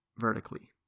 vertically